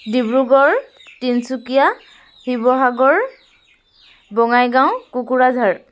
Dibrugarh Tinsukia Sivasagar Bongaigaon Kokrajhar